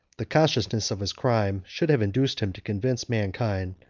the consciousness of his crime should have induced him to convince mankind,